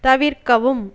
தவிர்க்கவும்